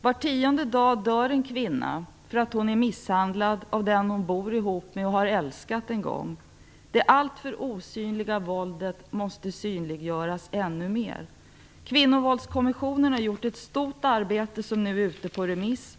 Var tionde dag dör en kvinna därför att hon är misshandlad av den hon bor ihop med och en gång har älskat. Det alltför osynliga våldet måste synliggöras ännu mera. Kvinnovåldskommissionen har gjort ett stort arbete som nu är ute på remiss.